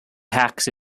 hacks